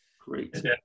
great